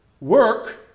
work